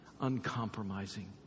Uncompromising